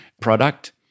product